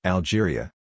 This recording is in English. Algeria